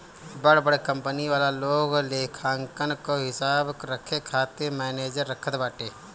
बड़ बड़ कंपनी वाला लोग लेखांकन कअ हिसाब रखे खातिर मनेजर रखत बाटे